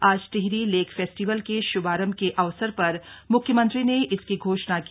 आज Tehri lake festival के श्भारंभ के अवसर पर मुख्यमंत्री ने इसकी घोषणा की